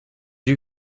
you